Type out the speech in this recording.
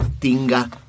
tinga